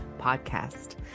podcast